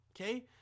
okay